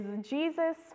Jesus